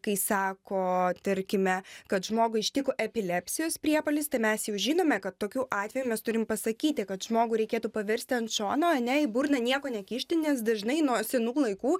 kai sako tarkime kad žmogui ištiko epilepsijos priepuolis tai mes jau žinome kad tokiu atveju mes turim pasakyti kad žmogų reikėtų paversti ant šono ane į burną nieko nekišti nes dažnai nuo senų laikų